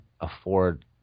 afford